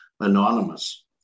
anonymous